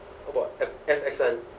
about